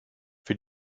für